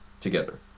together